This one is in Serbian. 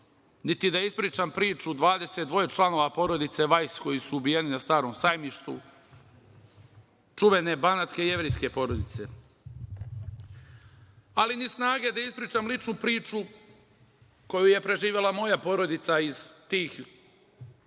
niti da ispričam priču o dvadeset dvoje članova porodice Vajs koji su ubijeni na „Starom sajmištu“, čuvene banatske jevrejske porodice, ali ni snage da ispričam ličnu priču koju je preživela moja porodica iz tih